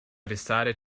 decided